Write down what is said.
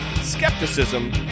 skepticism